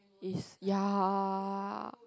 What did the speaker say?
is ya